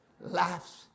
laughs